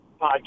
podcast